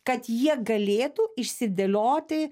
kad jie galėtų išsidėlioti